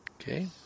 okay